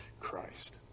Christ